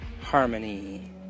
Harmony